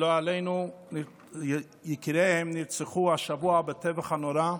שלא עלינו, יקיריהן נרצחו השבוע בטבח הנורא,